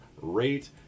rate